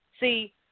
See